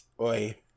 Oi